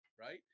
Right